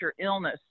illness